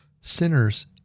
sinners